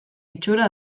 itxura